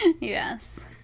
Yes